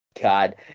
God